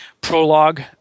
prologue